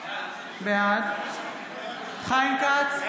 בעד חיים כץ,